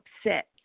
upset